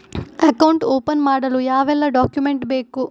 Account open ಮಾಡಲು ಯಾವೆಲ್ಲ document ಬೇಕು?